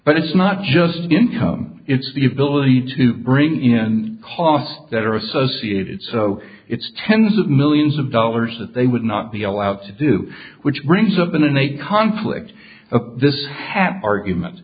but it's not just income it's the ability to bring in cost that are associated so it's tens of millions of dollars that they would not be allowed to do which brings up in a conflict of this happen argument